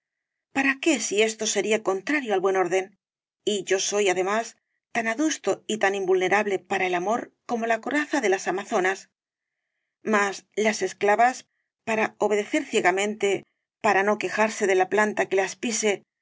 para qué si esto sería contrario al buen orden y yo soy además tan adusto y tan invulnerable para el amor como la coraza de las amazonas mas las esclavas para obedecer ciegamente para no quejarse de la planta que las pise